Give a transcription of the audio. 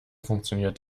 funktioniert